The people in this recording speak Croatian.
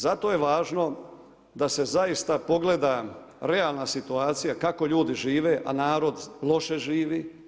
Zato je važno, da se zaista pogleda realna situacija, kako ljudi žive, a narod, loše živi.